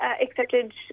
accepted